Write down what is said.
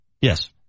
Yes